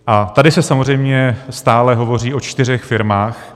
A tady se samozřejmě stále hovoří o čtyřech firmách.